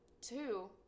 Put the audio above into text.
two